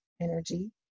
energy